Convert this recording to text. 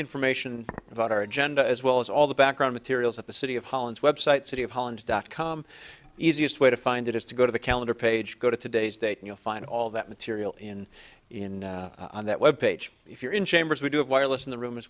information about our agenda as well as all the background materials at the city of holland's website city of holland dot com easiest way to find it is to go to the calendar page go to today's date you'll find all that material in in on that web page if you're in chambers we do have wireless in the room as